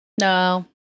No